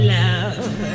love